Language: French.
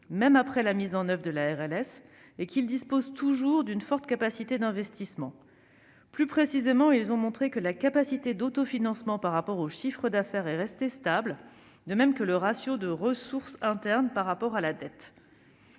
même après la mise en oeuvre de la RLS, et que ce secteur dispose toujours d'une forte capacité d'investissement. Plus précisément, ces analyses ont montré que la capacité d'autofinancement par rapport au chiffre d'affaires est restée stable, de même que le ratio de ressources internes par rapport à la dette.